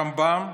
רמב"ם,